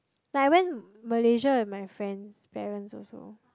like I went Malaysia with my friend's parents also